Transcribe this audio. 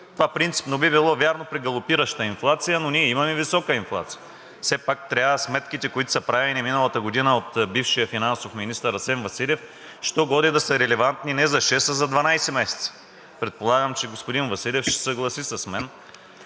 Това принципно би било вярно при галопираща инфлация, но ние имаме висока инфлация. Все пак трябва сметките, които са правени миналата година от бившия финансов министър Асен Василев, що-годе да са релевантни не за шест, а за 12 месеца. Предполагам, че господин Василев ще се съгласи с мен.